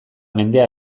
mendea